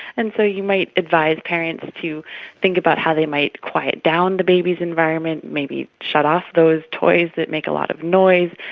and so you might advise parents to think about how they might quiet down the baby's environment, maybe shut off those toys that make a lot of noise,